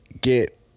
get